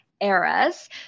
eras